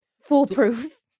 Foolproof